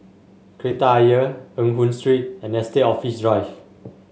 Kreta Ayer Eng Hoon Street and Estate Office Drive